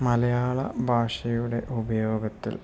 മലയാള ഭാഷയുടെ ഉപയോഗത്തിൽ